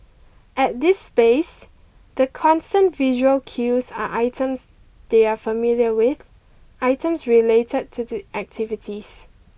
at this space the constant visual cues are items they are familiar with items related to the activities